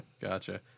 Gotcha